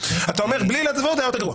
אתה אומר שבלי עילת סבירות היה יותר גרוע.